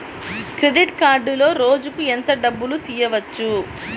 Credit కార్డులో రోజుకు ఎంత డబ్బులు తీయవచ్చు?